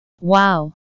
Wow